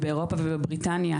באירופה ובריטניה,